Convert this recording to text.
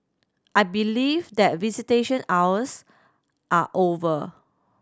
I believe that visitation hours are over